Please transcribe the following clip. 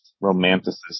romanticist